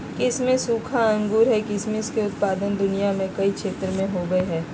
किसमिस सूखा अंगूर हइ किसमिस के उत्पादन दुनिया के कई क्षेत्र में होबैय हइ